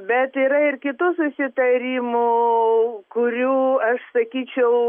bet yra ir kitų susitarimų kurių aš sakyčiau